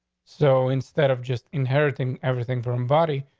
so instead of just inheriting everything from body,